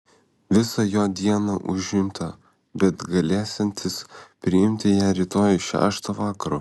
visa jo diena užimta bet galėsiantis priimti ją rytoj šeštą vakaro